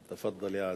תפאדל, יא-עזיז.